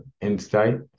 Insight